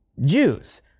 Jews